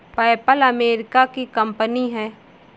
PayPal America की company है